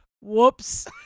Whoops